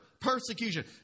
persecution